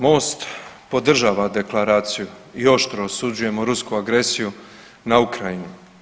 Most podržava deklaraciju i oštro osuđujemo rusku agresiju na Ukrajinu.